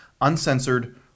uncensored